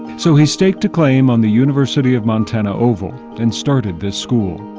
so he staked a claim on the university of montana oval and started this school.